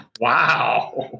Wow